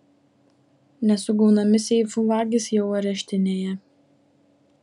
nesugaunami seifų vagys jau areštinėje